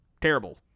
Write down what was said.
terrible